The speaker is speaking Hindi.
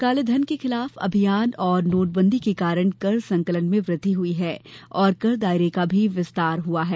काले धन के खिलाफ अभियान और नोटबंदी के कारण हमारा कर संकलन में वृद्वि हुई है और कर दायरे का भी विस्तार हुआ है